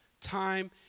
time